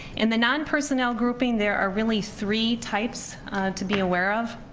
in the non-personnel grouping there are really three types to be aware of.